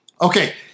Okay